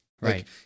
right